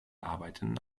arbeiten